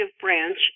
branch